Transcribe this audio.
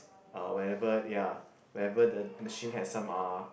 uh whenever ya whenever the machine has some uh